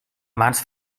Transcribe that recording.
mans